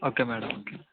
okay madam